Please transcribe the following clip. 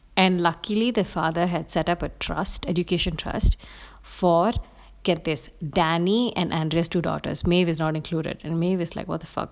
and luckily the father had set up a trust education trust fund that is danny and andrea's two daughters maeve is not included and maeve was like what the fuck